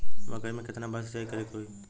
मकई में केतना बार सिंचाई करे के होई?